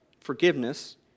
forgiveness